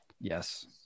Yes